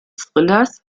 thrillers